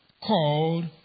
called